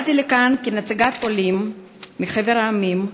באתי לכאן כנציגת העולים מחבר המדינות,